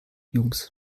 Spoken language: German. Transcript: jungs